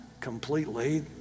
completely